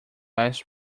less